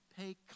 pay